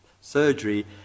surgery